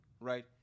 right